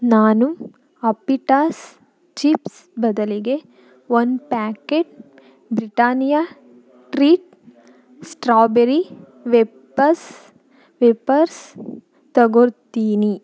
ನಾನು ಆಪ್ಪಿಟಾಸ್ ಚಿಪ್ಸ್ ಬದಲಿಗೆ one packet Britannia treat strawberry wafers wafers ತಗೊಳ್ತೀನಿ